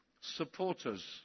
supporters